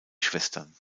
schwestern